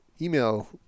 email